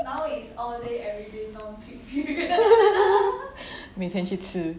每天去吃